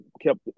kept